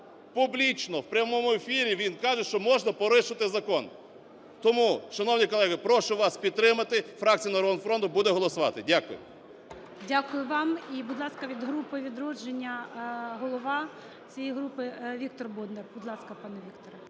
Публічно, в прямому ефірі він каже, що можна порушити закон. Тому, шановні колеги, прошу вас підтримати. Фракція "Народного фронту" буде голосувати. Дякую. ГОЛОВУЮЧИЙ. Дякую вам. І, будь ласка, від групи "Відродження" голова цієї групи Віктор Бондар. Будь ласка, пане Вікторе.